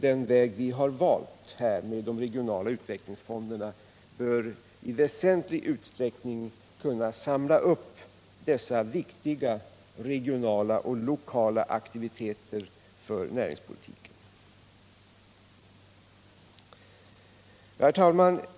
Den väg vi valt, Nr 56 med de regionala utvecklingsfonderna, bör i väsentlig utsträckning kunna Lördagen den samla upp dessa viktiga regionala och lokala aktiviteter för näringspo 17 december 1977 litiken. Herr talman!